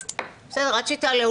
עד שהיא תעלה,